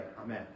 Amen